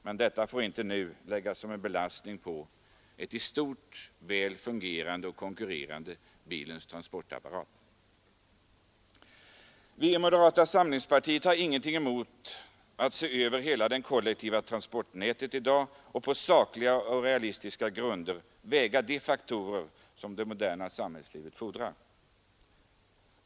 Men detta får nu inte läggas som en belastning på den i stort sett väl fungerande och konkurrerande transportapparat som bilen utgör. Vi i moderata samlingspartiet har ingenting emot att man ser över hela det kollektiva transportnätet och på sakliga och realistiska grunder väger de faktorer som det är nödvändigt att ta hänsyn till i det moderna samhällslivet.